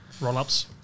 roll-ups